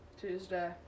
Tuesday